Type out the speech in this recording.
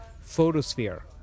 photosphere